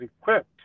equipped